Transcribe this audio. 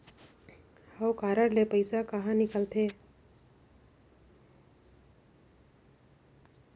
हव कारड ले पइसा कहा निकलथे?